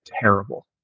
terrible